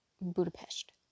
Budapest